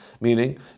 Meaning